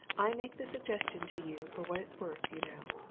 i make the suggestion to you for what it's worth, you know.